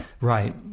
right